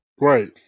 Right